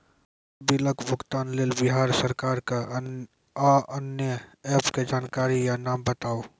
उक्त बिलक भुगतानक लेल बिहार सरकारक आअन्य एप के जानकारी या नाम बताऊ?